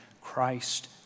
Christ